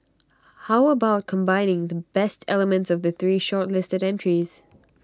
how about combining the best elements of the three shortlisted entries